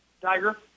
Tiger